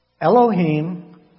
Elohim